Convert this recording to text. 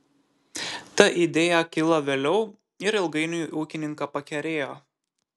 ta idėja kilo vėliau ir ilgainiui ūkininką pakerėjo